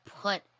put